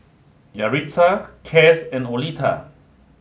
Yaritza Cass and Oleta